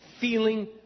feeling